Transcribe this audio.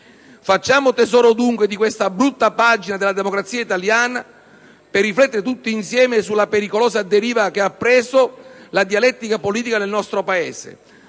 Facciamo tesoro dunque di questa brutta pagina della democrazia italiana per riflettere tutti insieme sulla pericolosa deriva che ha preso la dialettica politica nel nostro Paese.